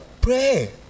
pray